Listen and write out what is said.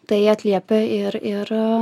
tai atliepia ir ir